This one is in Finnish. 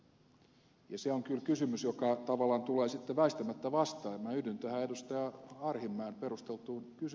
se on kyllä kysymys joka tavallaan tulee väistämättä vastaan ja minä yhdyn tähän ed